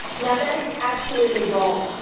now that is absolutely wrong.